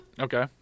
Okay